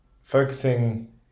focusing